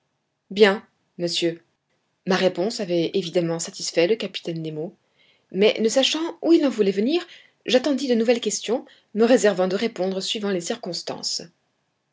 bien monsieur ma réponse avait évidemment satisfait le capitaine nemo mais ne sachant où il en voulait venir j'attendis de nouvelles questions me réservant de répondre suivant les circonstances